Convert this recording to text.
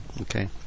Okay